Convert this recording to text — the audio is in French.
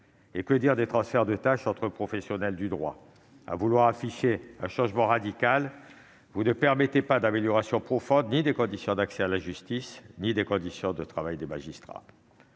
Que dire des transferts de tâches entre professionnels du droit ! À vouloir afficher un changement radical, vous ne permettez d'améliorer profondément ni les conditions d'accès à la justice ni les conditions de travail des magistrats.